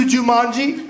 Jumanji